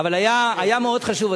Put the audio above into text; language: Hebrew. אבל היה מאוד חשוב,